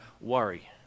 worry